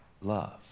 love